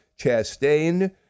Chastain